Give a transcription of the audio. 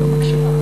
לא מקשיב.